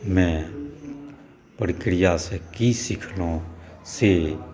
मे प्रक्रियासँ की सिखलहुँ से